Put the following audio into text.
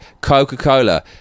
Coca-Cola